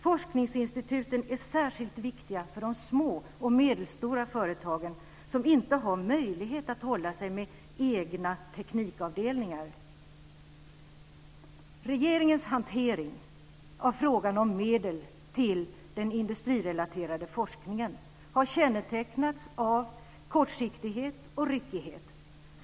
Forskningsinstituten är särskilt viktiga för de små och medelstora företagen som inte har möjlighet att hålla sig med egna teknikavdelningar. Regeringens hantering av frågan om medel till den industrirelaterade forskningen har kännetecknats av kortsiktighet och ryckighet.